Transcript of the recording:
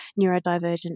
neurodivergent